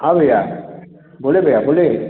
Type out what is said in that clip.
हाँ भैया बोलें भैया बोलें